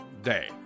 Day